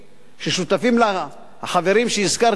ששותפים לה החברים שהזכרתי קודם,